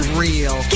real